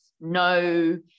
No